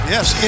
Yes